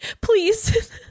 Please